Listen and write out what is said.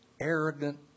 arrogant